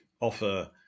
offer